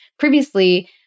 Previously